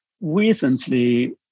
Recently